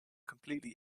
completely